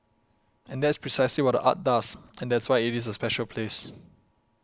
and that's precisely what the art does and that's why it is a special place